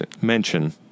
mention